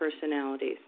personalities